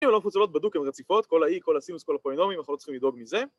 ‫אם לא מפוצלות בדוק הן רציפות, ‫כל הE, כל הסינוס, כל הפולינומים, ‫אנחנו לא צריכים לדאוג מזה.